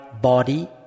body